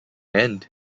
end